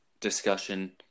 discussion